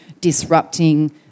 disrupting